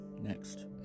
Next